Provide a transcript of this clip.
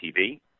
TV